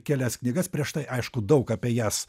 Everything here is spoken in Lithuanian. kelias knygas prieš tai aišku daug apie jas